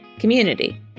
Community